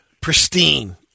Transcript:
pristine